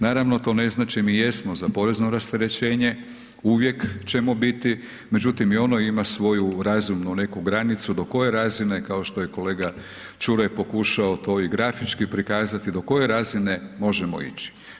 Naravno to ne znači, mi jesmo za porezno rasterećenje, uvijek ćemo biti, međutim i ono ima svoju razumnu neku granicu dok koje razine kao što je kolega Čuraj pokušao to i grafički prikazati do koje razine možemo ići.